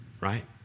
right